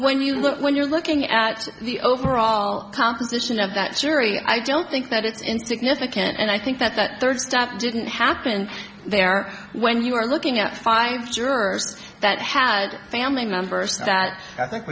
when you look when you're looking at the overall composition of that jury i don't think that it's insignificant and i think that that third step didn't happen there when you are looking at five jurors that had family members that i think